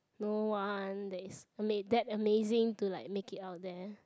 no one that is ama~ that amazing to like make it out there